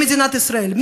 למדינת ישראל.